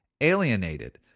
alienated